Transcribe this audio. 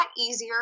easier